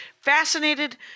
Fascinated